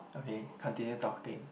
okay continue talking